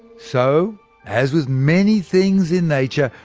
so as with many things in nature,